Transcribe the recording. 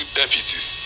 deputies